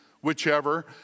whichever